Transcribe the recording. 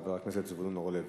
חבר הכנסת זבולון אורלב.